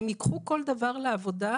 הן ייקחו כל דבר לעבודה,